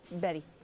Betty